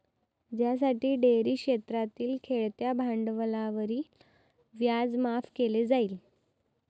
ज्यासाठी डेअरी क्षेत्रातील खेळत्या भांडवलावरील व्याज माफ केले जाईल